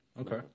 Okay